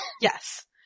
Yes